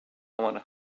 want